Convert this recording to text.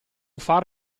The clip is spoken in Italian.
far